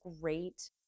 great